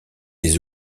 des